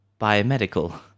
biomedical